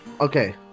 Okay